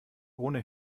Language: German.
ohne